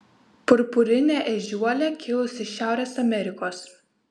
purpurinė ežiuolė kilusi iš šiaurės amerikos